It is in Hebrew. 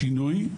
לשינוי,